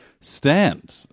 stand